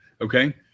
Okay